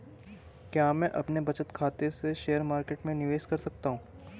क्या मैं अपने बचत खाते से शेयर मार्केट में निवेश कर सकता हूँ?